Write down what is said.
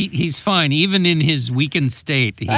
he's fine even in his weakened state.